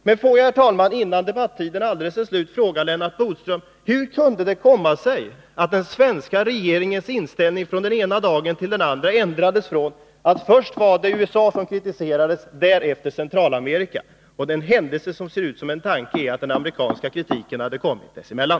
Men får jag, herr talman, innan debattiden alldeles är slut, fråga Lennart Bodström: Hur kunde det komma sig att den svenska regeringens inställning från den ena dagen till den andra ändrades från att först ha gått ut på att det var USA som kritiserades och därefter de centralamerikanska staterna? Det är en händelse som ser ut som en tanke, att den amerikanska kritiken hade kommit dessemellan.